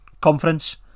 Conference